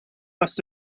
must